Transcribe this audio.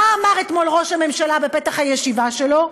מה אמר אתמול ראש הממשלה בפתח הישיבה שלו?